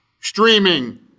Streaming